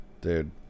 Dude